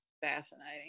fascinating